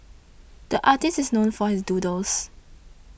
the artist is known for his doodles